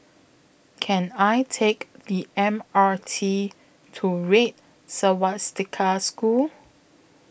Can I Take The M R T to Red Swastika School